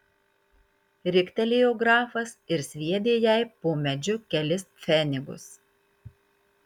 riktelėjo grafas ir sviedė jai po medžiu kelis pfenigus